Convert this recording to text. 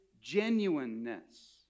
genuineness